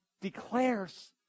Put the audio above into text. declares